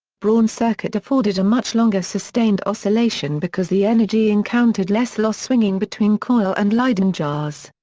braun's circuit afforded a much longer sustained oscillation because the energy encountered less loss swinging between coil and leyden jars.